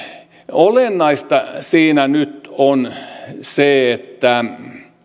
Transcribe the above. olennaista siinä nyt on se että